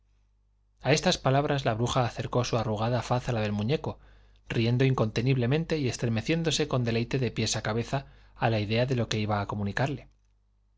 a estas palabras la bruja acercó su arrugada faz a la del muñeco riendo inconteniblemente y estremeciéndose con deleite de pies a cabeza a la idea de lo que iba a comunicarle